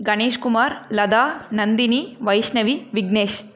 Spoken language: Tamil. கணேஷ்குமார் லதா நந்தினி வைஷ்ணவி விக்னேஷ்